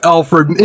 Alfred